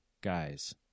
guys